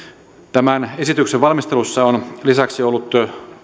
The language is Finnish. tämän esityksen valmistelussa on lisäksi ollut